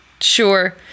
sure